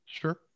Sure